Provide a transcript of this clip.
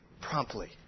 promptly